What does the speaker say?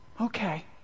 Okay